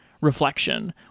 reflection